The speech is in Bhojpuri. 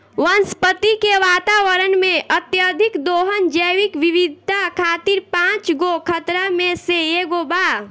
वनस्पति के वातावरण में, अत्यधिक दोहन जैविक विविधता खातिर पांच गो खतरा में से एगो बा